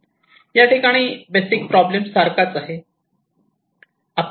याठिकाणी basic problem सारखाच आहे